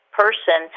person